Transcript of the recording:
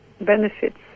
benefits